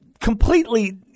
Completely